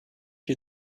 you